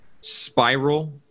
spiral